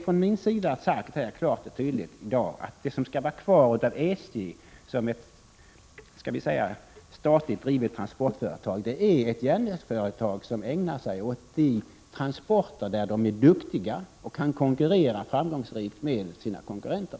Från min sida har det klart och tydligt sagts att det som skall vara kvar av SJ som ett statligt drivet transportföretag är ett järnvägsföretag som ägnar sig åt de transporter som man är duktig på och där man framgångsrikt kan konkurrera med sina konkurrenter.